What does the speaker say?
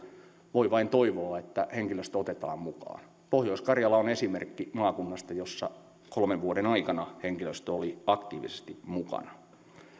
voi vain toivoa että henkilöstö otetaan mukaan pohjois karjala on esimerkki maakunnasta jossa kolmen vuoden aikana henkilöstö oli aktiivisesti mukana